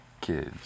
kids